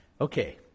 Okay